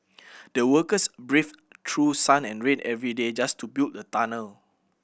the workers braved through sun and rain every day just to build the tunnel